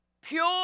pure